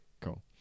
cool